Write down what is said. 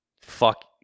fuck